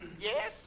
Yes